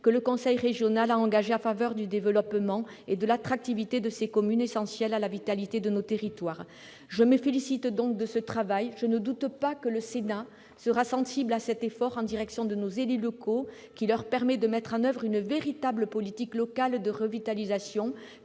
que le conseil régional a engagés en faveur du développement et de l'attractivité de ces communes essentielles à la vitalité de nos territoires. Je me félicite donc de ce travail. Je ne doute pas que le Sénat sera sensible à cet effort en direction de nos élus locaux, qui leur permet de mettre en oeuvre une véritable politique locale de revitalisation,